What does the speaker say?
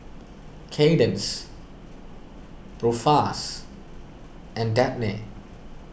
Kadence Ruffus and Dabney